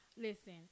listen